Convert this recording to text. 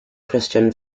christian